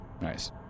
Nice